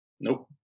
Nope